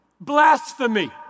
blasphemy